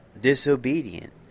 disobedient